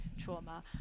trauma